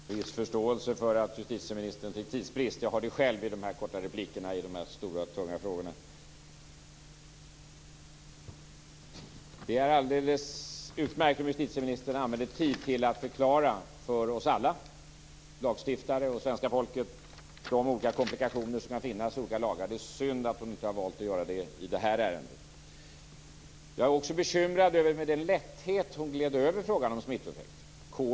Herr talman! Jag har viss förståelse för att justitieministern fick tidsbrist i sin replik. Jag har det själv i de korta replikerna i de stora tunga frågorna. Det är alldeles utmärkt om justitieministern använder tid till att förklara för oss alla - lagstiftare och svenska folket - de olika komplikationer som kan finnas med olika lagar. Det är synd att hon inte har valt att göra det i detta ärende. Jag är också bekymrad över den lätthet med vilken hon gled över frågan om smittoeffekt.